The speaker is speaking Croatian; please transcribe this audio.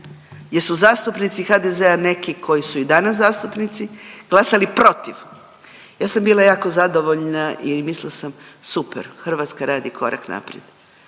jer su zastupnici HDZ-a neki koji su i danas zastupnici glasali protiv. Ja sam bila jako zadovoljna i mislila sam super, Hrvatska radi korak naprijed.